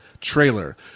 trailer